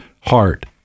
heart